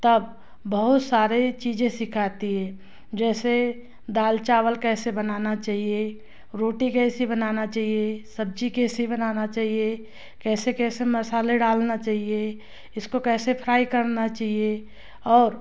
तब बहुत सारे चीज़ें सिखाती है जैसे दाल चावल कैसे बनाना चाहिए रोटी कैसी बनाना चाहिए सब्ज़ी कैसे बनाना चाहिए कैसे कैसे मसाले डालना चाहिए इसको कैसे फ्राइ करना चाहिए और